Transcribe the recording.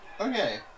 Okay